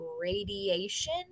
radiation